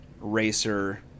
racer